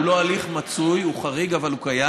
הוא לא הליך מצוי, הוא חריג, אבל הוא קיים.